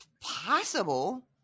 possible